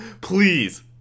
please